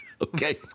Okay